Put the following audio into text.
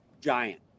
giant